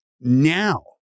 now